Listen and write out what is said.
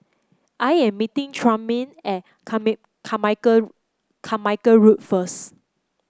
I am meeting Trumaine at Carmichael Carmichael Road first